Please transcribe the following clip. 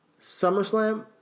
SummerSlam